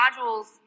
modules